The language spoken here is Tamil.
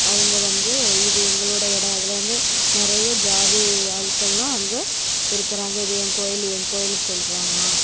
அவங்க வந்து இது எங்களோட இடம் அதில் வந்து நெறைய ஜாதி ஆள்கள்லாம் அங்கே இருக்கிறாங்க இது என் கோவில் என் கோவில்னு சொல்கிறாங்களாம்